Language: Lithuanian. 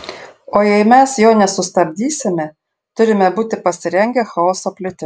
o jei mes jo nesustabdysime turime būti pasirengę chaoso plitimui